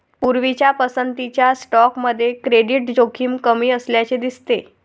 पूर्वीच्या पसंतीच्या स्टॉकमध्ये क्रेडिट जोखीम कमी असल्याचे दिसते